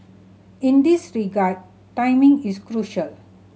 in this regard timing is crucial